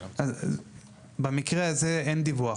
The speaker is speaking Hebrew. אז במקרה הזה אין דיווח.